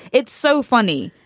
it's so funny,